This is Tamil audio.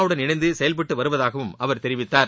வுடன் இணைந்து செயல்பட்டு வருவதாகவும் அவர் தெரிவித்தார்